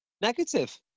negative